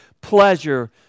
pleasure